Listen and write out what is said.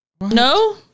No